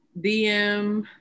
DM